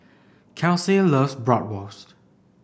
Kelsey loves Bratwurst